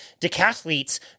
decathletes